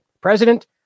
President